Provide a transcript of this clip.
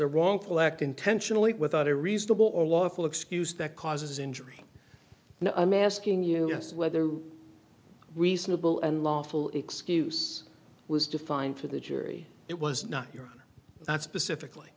a wrongful act intentionally without a reasonable or lawful excuse that causes injury and i'm asking you whether reasonable and lawful excuse was defined for the jury it was not your that specifically